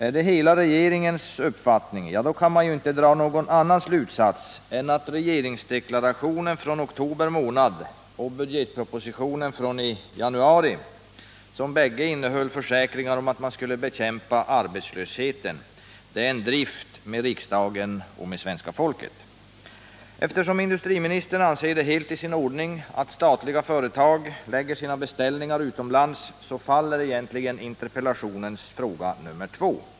Är det hela regeringens uppfattning, då kan man inte dra någon annan slutsats än att regeringsdeklarationen från oktober månad och budgetpropositionen från januari — som bägge innehöll försäkringar om att man skulle bekämpa arbetslösheten — är en drift med riksdagen och svenska folket. Eftersom industriministern anser det helt i sin ordning att statliga företag lägger sina beställningar utomlands, faller interpellationens fråga nr 2.